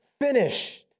finished